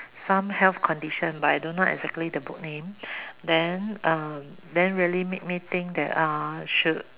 some health condition but I don't know exactly the book name then um then really make me think that uh should